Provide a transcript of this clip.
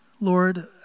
Lord